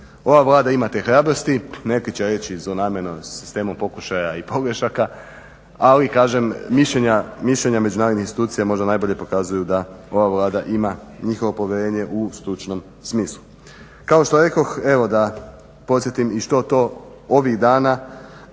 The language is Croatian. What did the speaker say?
Ova Vlada ima te hrabrosti, neki će reći zlonamjerno sistemom pokušaja i pogrešaka, ali kažem mišljenja međunarodnih institucija možda najbolje pokazuju da ova Vlada ima njihovo povjerenje u stručnom smislu. Kao što rekoh, evo da podsjetim i što to ovih dana